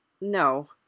no